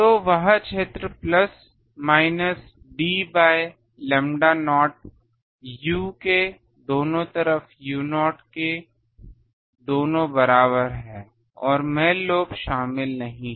तो वह क्षेत्र plus minus d by lambda naught u के दोनों तरफ u0के दोनों बराबर है और मैन लोब शामिल नहीं है